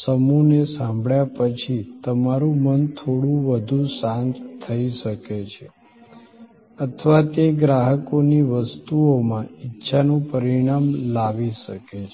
સમૂહને સાંભળ્યા પછી તમારું મન થોડું વધુ શાંત થઈ શકે છે અથવા તે ગ્રાહકની વસ્તુઓમાં ઈચ્છાનું પરિણામ લાવી શકે છે